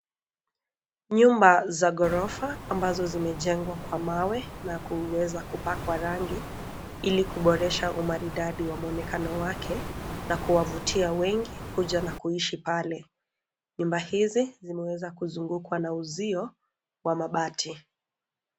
Nyumba za ghorofa ambazo zimejengwa kwa mawe na kuweza kupakwa rangi ili kuboresha umaridadi wa mwonekano wake na kuwavutia wengi kuja na kuishi pale, nyumba hizi zimeweza kuzungukwa na uzio wa mabati.